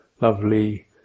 lovely